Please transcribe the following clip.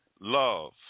love